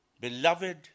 Beloved